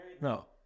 No